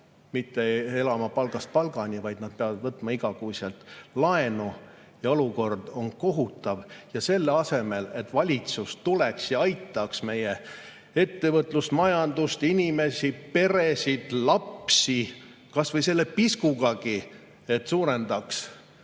et tulla palgast palgani ots otsaga kokku, võtma iga kuu laenu ja olukord on kohutav. Selle asemel, et valitsus tuleks ja aitaks meie ettevõtlust, majandust, inimesi, peresid ja lapsi kas või selle piskugagi, et suurendaks